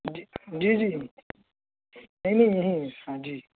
جی جی جی نہیں نہیں نہیں ہاں جی